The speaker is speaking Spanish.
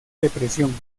depresión